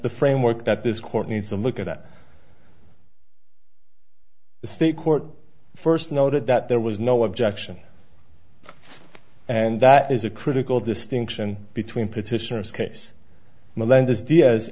the framework that this court needs to look at the state court first noted that there was no objection and that is a critical distinction between petitioners case melendez dia